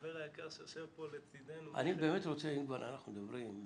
החבר היקר שיושב פה לצידנו --- אני באמת רוצה אם כבר אנחנו מדברים,